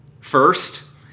First